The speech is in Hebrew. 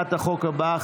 להצעת החוק הבאה.